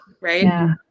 right